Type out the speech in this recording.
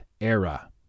era